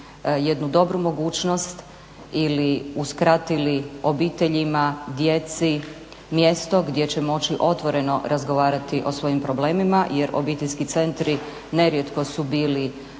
jednu dobru mogućnost ili uskratili obiteljima, djeci mjesto gdje će moći otvoreno razgovarati o svojim problemima jer obiteljski centri nerijetko su bili